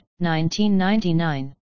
1999